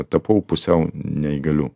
tapau pusiau neįgaliu